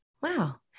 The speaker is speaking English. wow